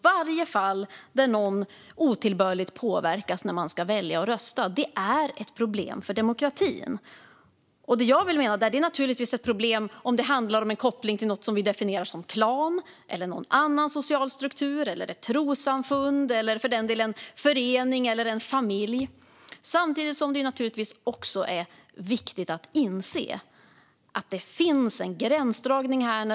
Varje fall där någon otillbörligt påverkas när den ska välja och rösta är ett problem för demokratin. Det är naturligtvis ett problem om det handlar om en koppling till någonting som vi definierar som klan, någon annan social struktur, ett trossamfund, eller för den delen en förening eller en familj. Samtidigt är det också viktigt att inse att det finns en gränsdragning här.